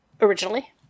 originally